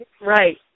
Right